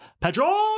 Pedro